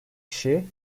kişi